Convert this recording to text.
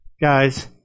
guys